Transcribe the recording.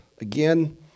Again